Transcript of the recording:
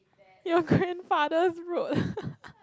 your grandfather's road